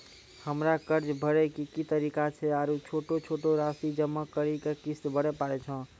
हमरा कर्ज भरे के की तरीका छै आरू छोटो छोटो रासि जमा करि के किस्त भरे पारे छियै?